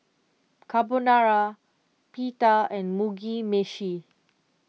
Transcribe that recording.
Carbonara Pita and Mugi Meshi